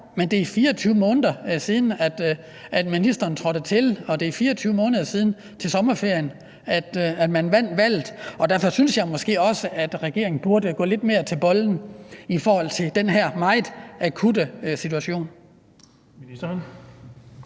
men det er 24 måneder siden, at ministeren trådte til, og det er 24 måneder siden, til sommerferien, at man vandt valget. Derfor synes jeg måske også, at regeringen burde bide lidt mere til bolle forhold til den her meget akutte situation.